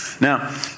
Now